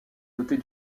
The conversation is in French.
dotée